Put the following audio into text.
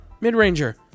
mid-ranger